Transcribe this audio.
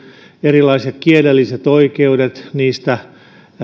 erilaisista kielellisistä oikeuksista